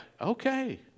okay